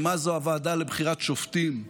ומהי הוועדה לבחירת שופטים,